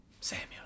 Samuel